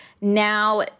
now